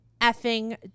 effing